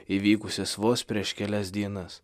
įvykusias vos prieš kelias dienas